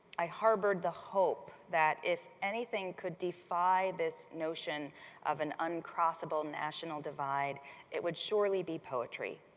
i harbored the hope that if anything could defy this notion of an on cross of all national divide it would surely be poetry.